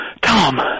Tom